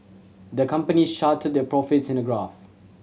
the company their profits in a graph